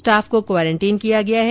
staff को quarantine किया गया है